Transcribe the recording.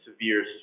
severe